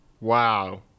Wow